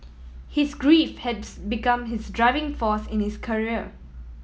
his grief has become his driving force in his career